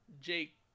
Jake